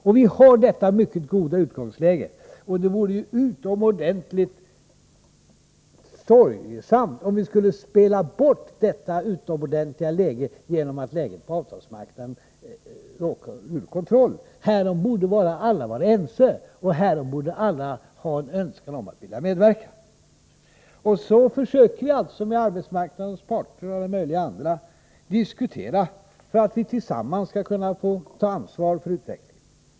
När vi har detta mycket goda utgångsläge, vore det utomordentligt sorgesamt om vi skulle spela bort det genom att läget på arbetsmarknaden råkar ur kontroll. Härom borde alla vara ense, och härtill borde alla ha en önskan om att medverka. Så försöker vi alltså diskutera med arbetsmarknadens parter och alla möjliga andra, för att vi tillsammans skall kunna få ta ansvar för utvecklingen.